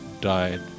died